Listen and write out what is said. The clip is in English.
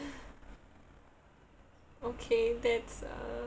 okay that's uh